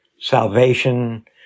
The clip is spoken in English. salvation